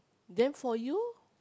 then for you